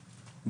אזולאי,